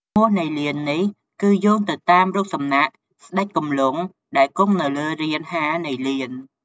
ឈ្មោះនៃលាននេះគឺយោងទៅតាមរូបសំណាក់ស្តេចគំលង់ដែលគង់នៅលើរានហាលនៃលាន។